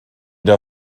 der